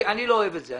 אני לא אוהב את זה.